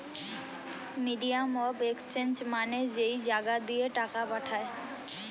medium of exchange মানে যেই জাগা দিয়ে টাকা পাঠায়